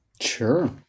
Sure